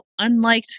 unliked